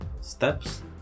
steps